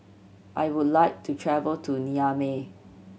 I would like to travel to Niamey